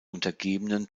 untergebenen